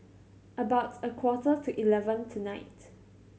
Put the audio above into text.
about a quarter to eleven tonight